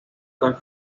con